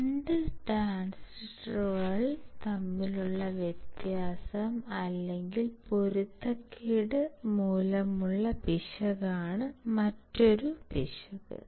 2 ട്രാൻസിസ്റ്ററുകൾ തമ്മിലുള്ള വ്യത്യാസം അല്ലെങ്കിൽ പൊരുത്തക്കേട് മൂലമുള്ള പിശകാണ് മറ്റൊരു പിശക്